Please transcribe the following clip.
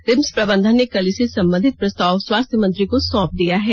RIMS प्रबंधन ने कल इससे संबंधित प्रस्ताव स्वास्थ्य मंत्री को सौंप दिया है